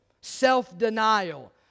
Self-denial